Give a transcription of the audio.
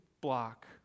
block